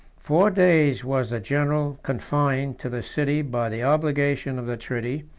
four days was the general confined to the city by the obligation of the treaty,